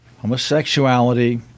homosexuality